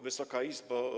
Wysoka Izbo!